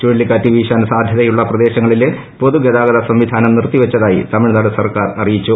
ചുഴലിക്കാറ്റ് വീശാൻ സാധ്യതയുള്ള പ്രദേശങ്ങളിലെ പൊതുഗതാഗത സംവിധാനം നിർത്തിവെച്ചതായി തമിഴ്നാട് സർക്കാർ അറിയിച്ചു